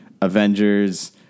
Avengers